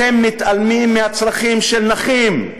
אתם מתעלמים מהצרכים של נכים,